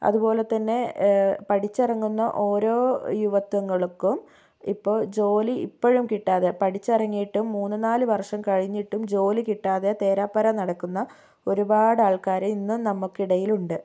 അതുപോലെത്തന്നെ പഠിച്ചിറങ്ങുന്ന ഓരോ യുവത്വങ്ങൾക്കും ഇപ്പോൾ ജോലി ഇപ്പഴും കിട്ടാതെ പഠിച്ചിറങ്ങിയിട്ട് മൂന്ന് നാല് വർഷം കഴിഞ്ഞിട്ടും ജോലി കിട്ടാതെ തേരാപാരാ നടക്കുന്ന ഒരുപാട് ആൾക്കാര് ഇന്നും നമ്മുക്കിടയിലുണ്ട്